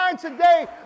today